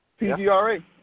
PGRA